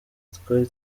twari